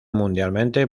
mundialmente